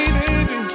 baby